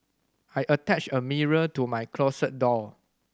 I attached a mirror to my closet door